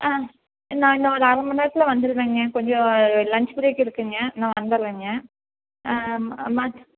ஆ நான் இன்னும் ஒரு அரை மணிநேரத்துல வந்துருவங்க கொஞ்சம் லஞ்ச்பிரேக் இருக்குங்க நான் வந்துடுறேங்க மா மத்